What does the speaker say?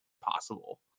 possible